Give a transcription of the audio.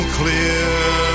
clear